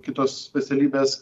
kitos specialybės